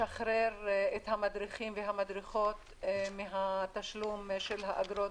ולשחרר את המדריכים ואת המדריכות מהתשלום של האגרות,